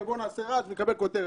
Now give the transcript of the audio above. ובוא ונעשה רעש ונקבל כותרת".